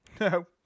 No